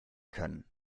können